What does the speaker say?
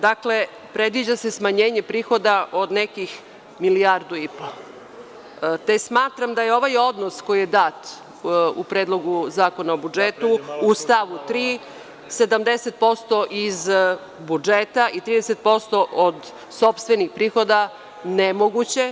Dakle, predviđa se smanjenje prihoda od nekih milijardu i po, te smatram da je ovaj odnos koji je dat u Predlogu zakona o budžetu u stavu 3 - 70% iz budžeta i 30% od sopstvenih prihoda, nemoguće.